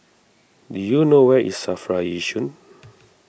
do you know where is Safra Yishun